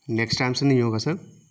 next time سے نہیں ہوگا سر